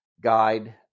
guide